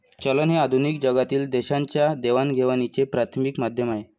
चलन हे आधुनिक जगातील देशांच्या देवाणघेवाणीचे प्राथमिक माध्यम आहे